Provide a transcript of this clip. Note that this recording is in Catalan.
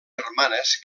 germanes